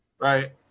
Right